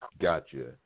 Gotcha